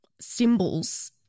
symbols